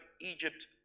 Egypt